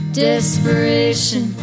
desperation